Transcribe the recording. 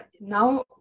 now